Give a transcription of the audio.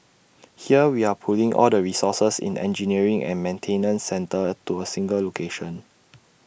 here we are pulling all the resources in engineering and maintenance centre to A single location